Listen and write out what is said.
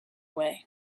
way